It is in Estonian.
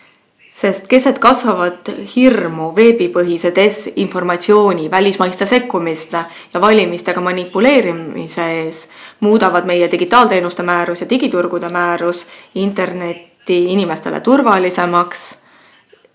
Keset kasvavat hirmu veebipõhise desinformatsiooni, välismaiste sekkumiste ja valimistega manipuleerimise ees muudavad meie digiteenuste määrus ja digiturgude määrus interneti inimestele turvalisemaks